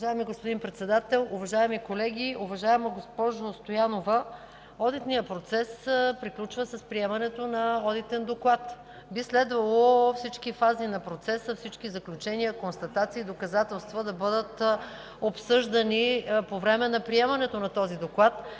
Уважаеми господин Председател, уважаеми колеги! Уважаема госпожо Стоянова, одитният процес приключва с приемането на Одитен доклад. Би следвало всички фази на процеса, всички заключения, констатации, доказателства да бъдат обсъждани по време на приемането на този доклад.